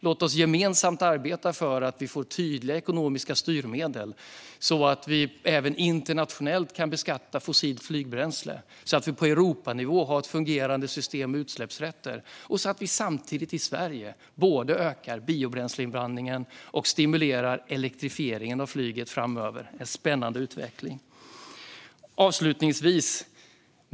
Låt oss gemensamt arbeta för att vi får tydliga ekonomiska styrmedel så att vi även internationellt kan beskatta fossilt flygbränsle, så att vi på Europanivå har ett fungerande system för utsläppsrätter och så att vi samtidigt i Sverige ökar biobränsleinblandningen och stimulerar elektrifieringen av flyget framöver. Det är en spännande utveckling.